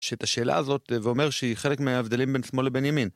שאת השאלה הזאת, ואומר שהיא חלק מההבדלים בין שמאל לבין ימין.